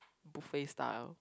buffet style